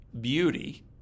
Beauty